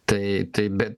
tai tai bet